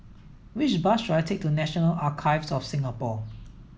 which bus should I take to National Archives of Singapore